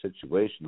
situation